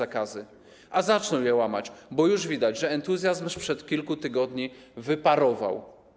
A zaczną je łamać, bo już widać, że entuzjazm sprzed kilku tygodni wyparował.